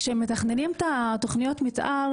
כשמתכננים את תוכניות המתאר,